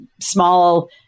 small